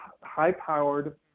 high-powered